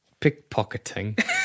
Pickpocketing